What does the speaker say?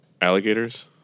Alligators